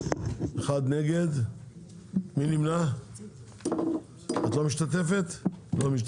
הצבעה 2 לא משתתפים.